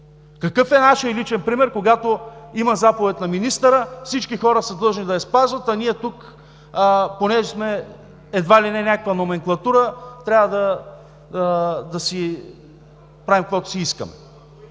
Какъв е нашият личен пример? Когато има заповед на министъра, всички хора са длъжни да я спазват, а ние тук, понеже сме едва ли не някаква номенклатура, трябва да си правим каквото си искаме.